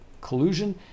collusion